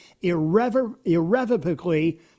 irrevocably